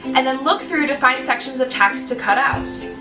and then look through to find sections of text to cut out.